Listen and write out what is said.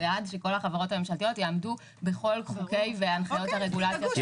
בעד שכל החברות הממשלתיות יעמדו בכל חוקי והנחיות הרגולציה.